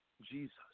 Jesus